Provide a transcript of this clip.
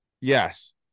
Yes